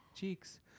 cheeks